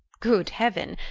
good heaven!